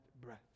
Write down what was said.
breath